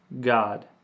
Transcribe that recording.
God